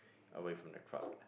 away from the crowd